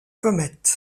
comète